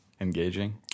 engaging